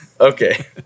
okay